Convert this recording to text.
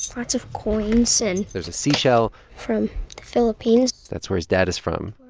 lots of coins and. there's a seashell from the philippines that's where his dad is from.